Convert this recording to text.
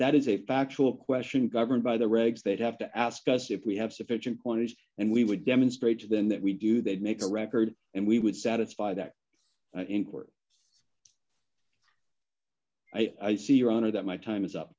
that is a factual question governed by the regs that have to ask us if we have sufficient quantities and we would demonstrate to them that we do they'd make a record and we would satisfy that in court i see your honor that my time is up